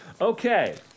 Okay